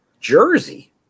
jersey